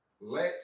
Let